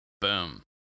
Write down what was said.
Boom